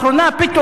פתאום,